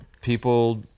people